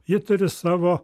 ji turi savo